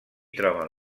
troben